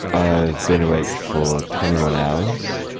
i've been awake for twenty one hours.